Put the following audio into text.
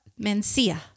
Mencia